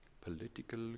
political